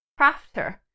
crafter